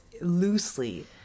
loosely